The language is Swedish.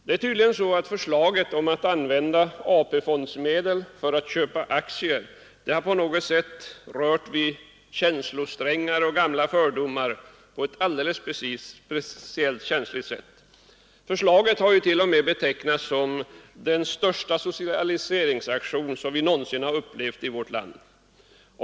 Det är tydligen så, att förslaget att använda en del av AP-fondernas medel till att köpa aktier har rört vid känslosträngar och gamla fördomar på ett alldeles särskilt sätt. Förslaget Nr 98 har ju t.o.m. betecknats som den största socialiseringsaktionen som vi Torsdagen den någonsin upplevt i vårt land.